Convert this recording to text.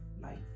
life